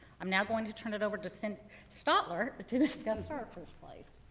i'm now going to turn it over to cindy stotler but to discuss starfish place.